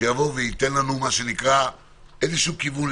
שיבוא ונעניתי כדי שייתן לנו איזה כיוון,